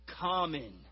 common